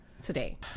today